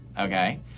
okay